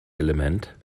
element